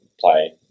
play